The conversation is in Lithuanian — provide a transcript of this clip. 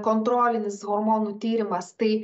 kontrolinis hormonų tyrimas tai